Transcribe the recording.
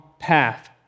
path